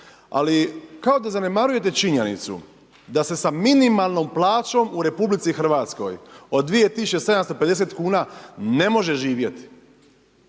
ali kao da zanemarujete činjenicu da se sa minimalnom plaćom u RH od 2750 kuna ne može živjeti.